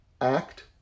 act